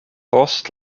post